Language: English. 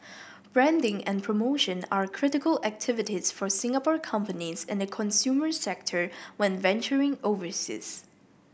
branding and promotion are critical activities for Singapore companies in the consumer sector when venturing overseas